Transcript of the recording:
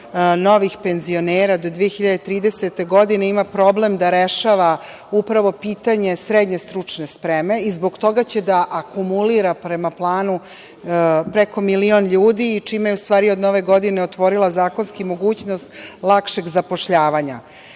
novih penzionera, do 2030. godine ima problem da rešava upravo pitanje SSS i zbog toga će da akumulira prema planu preko milion ljudi, čime je u stvari od nove godine otvorila zakonski mogućnost lakšeg zapošljavanja.O